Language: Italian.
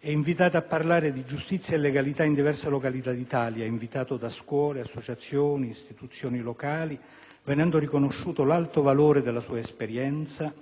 è invitato a parlare di giustizia e legalità in diverse località d'Italia da scuole, associazioni, istituzioni locali, venendo riconosciuto l'alto valore della sua esperienza,